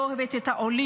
אבל לא אוהבת את העולים.